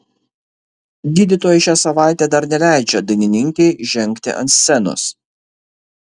gydytojai šią savaitę dar neleidžia dainininkei žengti ant scenos